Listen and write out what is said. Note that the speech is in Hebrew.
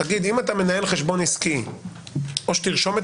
תגיד אם אתה מנהל חשבון עסקי או שתרשום את